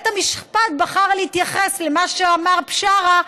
בית המשפט בחר להתייחס למה שאמר בשארה,